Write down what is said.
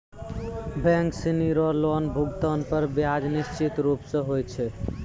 bank सिनी रो loan भुगतान पर ब्याज निश्चित रूप स होय छै